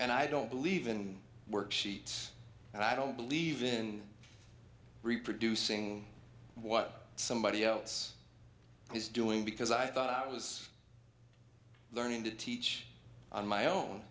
and i don't believe in worksheets and i don't believe in reproducing what somebody else is doing because i thought i was learning to teach on my own